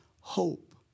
hope